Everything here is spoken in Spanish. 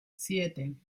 siete